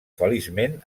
feliçment